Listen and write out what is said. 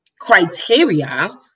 criteria